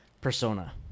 persona